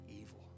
evil